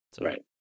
Right